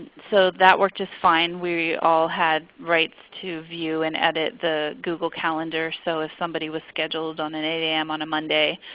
so that worked just fine. we all had rights to view and edit the google calendar. so if somebody was scheduled at an eight a m. on a monday,